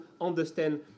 understand